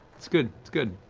it's good, it's good.